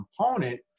component